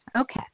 okay